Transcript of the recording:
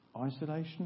isolation